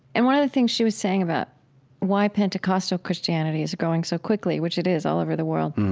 and one of the things she was saying about why pentecostal christianity is growing so quickly, which it is all over the world,